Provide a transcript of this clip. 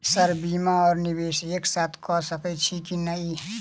Sir बीमा आ निवेश एक साथ करऽ सकै छी की न ई?